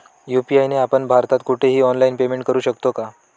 UPI ने आपण भारतात कुठेही ऑनलाईन पेमेंट करु शकतो का?